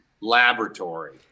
laboratory